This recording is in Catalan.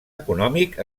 econòmic